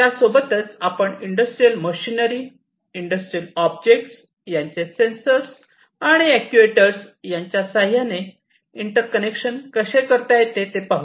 त्यासोबतच आपण industrial machinery industrial object यांचे सेन्सर्स आणि अॅक्ट्युएटर्स त्याच्या साह्याने इंटर कनेक्शन कसे करता येते ते पाहू